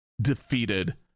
defeated